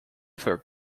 for